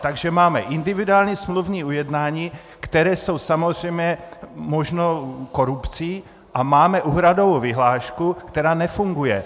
Takže máme individuální smluvní ujednání, která jsou samozřejmě možnou korupcí, a máme úhradovou vyhlášku, která nefunguje.